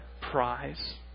prize